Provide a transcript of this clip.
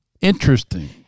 Interesting